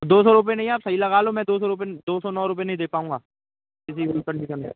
दो सौ रुपए नहीं है आप सही लगा लो में दो सौ रुपए दो सौ नौ रुपए नहीं दे पाऊँगा किसी भी कन्डिशन में